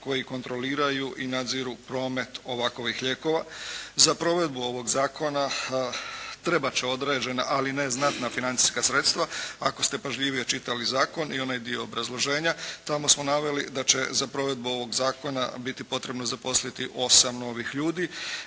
koji kontroliraju i nadziru promet ovakovih lijekova. Za provedbu ovog zakona trebati će određena, ali ne i znatna financijska sredstva, ako ste pažljivije čitali zakon i onaj dio obrazloženja, tamo smo naveli da će za provedbu ovog zakona biti potrebno zaposliti 8 novih ljudi.